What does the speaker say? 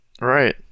Right